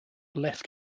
left